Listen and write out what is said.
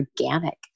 organic